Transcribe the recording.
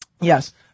Yes